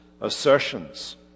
assertions